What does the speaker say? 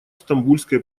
стамбульской